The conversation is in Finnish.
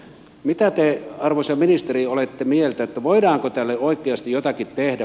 mitä te arvoisa ministeri olette mieltä voidaanko tälle oikeasti jotakin tehdä